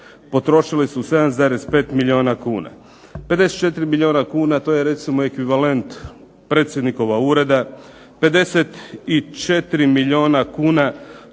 potrošile su 7,5 milijuna kuna. 54 milijuna kuna, to je recimo ekvivalent predsjednikova ureda, 54 milijuna kuna